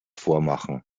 vormachen